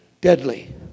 deadly